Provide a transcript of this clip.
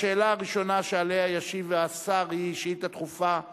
השאלה הראשונה שעליה ישיב השר היא שאילתא דחופה מס'